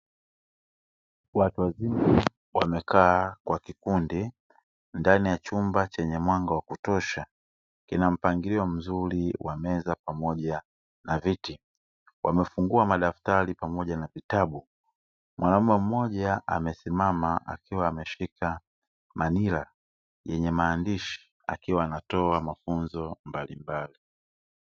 Watu wazima wamekaa kwa kikundi, ndani ya chumba chenye mwanga wa kutosha, kina mpangilio mzuri wa meza na viti. Wamefungua madaftari pamoja na vitabu. Mwanaume mmoja amesimama akiwa ameshika manila, yenye maandishi akiwa anatoa mafunzo mbalimbali.